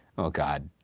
oh, god.